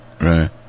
Right